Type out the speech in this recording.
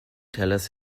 tellers